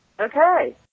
Okay